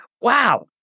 wow